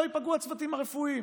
לא ייפגעו הצוותים הרפואיים,